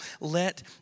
let